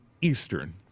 Eastern